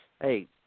hey